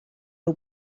nhw